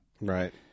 Right